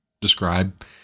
describe